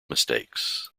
mistakes